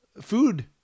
food